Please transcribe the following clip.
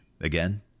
Again